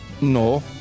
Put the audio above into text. No